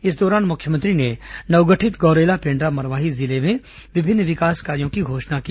इस दौरान मुख्यमंत्री ने नवगठित गौरेला पेन्ड्रा मरवाही जिले में विभिन्न विकास कार्यों की घोषणा की